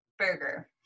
burger